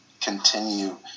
continue